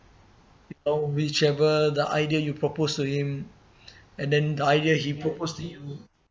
or whichever the idea you propose to him and then idea he proposed to you